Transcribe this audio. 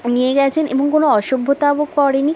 নিয়ে গেছেন এবং কোনো অসভ্যতামো করেনি